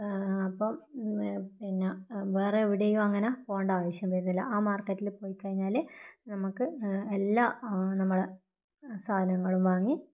അപ്പം പിന്നെ വേറെ എവിടെയും അങ്ങനെ പോകേണ്ട ആവശ്യം വരുന്നില്ല ആ മാർക്കറ്റിൽ പോയിക്കഴിഞ്ഞാൽ നമുക്ക് എല്ലാ നമ്മൾ സാധനങ്ങളും വാങ്ങി